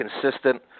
consistent